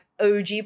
OG